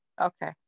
Okay